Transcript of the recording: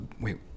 Wait